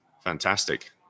Fantastic